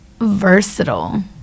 versatile